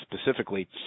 specifically